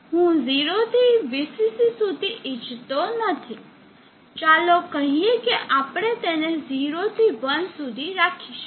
હું 0 થી VCC સુધી ઇચ્છતો નથી ચાલો કહીએ કે આપણે તેને 0 થી 1 સુધી રાખીશું